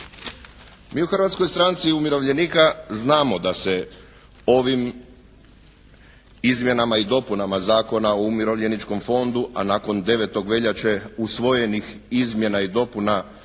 Mi u Hrvatskoj stranci umirovljenika znamo da se ovim izmjenama i dopunama Zakona o umirovljeničkom fondu, a nakon 9. veljače usvojenih izmjena i dopuna Zakona